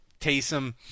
Taysom